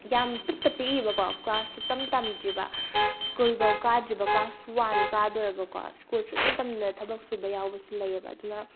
ꯌꯥꯝ ꯄꯤꯛꯇ ꯄꯤꯛꯏꯕꯀꯣ ꯀ꯭ꯂꯥꯁ ꯁꯨꯡꯇꯝ ꯇꯝꯗ꯭ꯔꯤꯕ ꯁ꯭ꯀꯨꯜꯐꯥꯎ ꯀꯥꯗ꯭ꯔꯤꯕ ꯀ꯭ꯂꯥꯁ ꯋꯥꯟ ꯀꯥꯗꯣꯔꯕꯀꯣ ꯁ꯭ꯀꯨꯜ ꯁꯨꯡꯇꯝ ꯇꯝꯗꯅ ꯊꯕꯛ ꯁꯨꯕ ꯌꯥꯎꯕꯁꯨ ꯂꯩꯌꯦꯕ ꯑꯗꯨꯅ